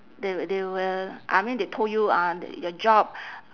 they will they will I mean they told you uh your job